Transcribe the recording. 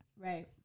right